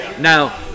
Now